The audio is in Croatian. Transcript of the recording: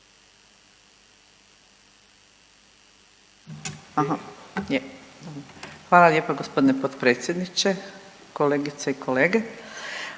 Hvala lijepa gospodine potpredsjedniče. Kolegice i kolege,